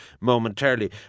momentarily